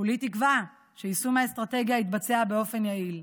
כולי תקווה שיישום האסטרטגיה יתבצע באופן יעיל.